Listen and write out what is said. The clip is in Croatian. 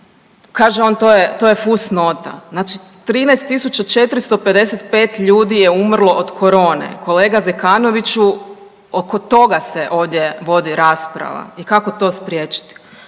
to je, to je fus nota. Znači 13.455 ljudi je umrlo od korone. Kolega Zekanoviću oko toga se ovdje vodi rasprava i kako to spriječiti.